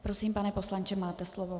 Prosím, pane poslanče, máte slovo.